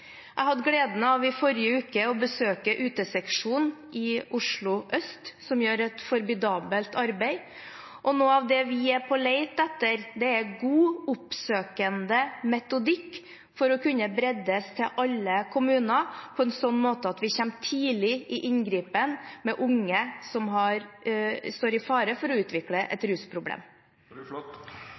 I forrige uke hadde jeg gleden av å besøke uteseksjonen i Oslo Øst, som gjør et formidabelt arbeid, og noe av det vi er på leting etter, er god, oppsøkende metodikk som kan bres ut til alle kommuner på en sånn måte at vi kommer tidlig i inngripen med unge som står i fare for å utvikle et rusproblem.